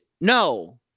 No